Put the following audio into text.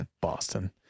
Boston